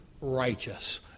righteous